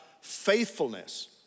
faithfulness